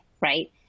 right